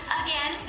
again